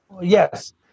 Yes